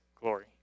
glory